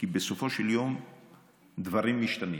כי בסופו של יום דברים משתנים.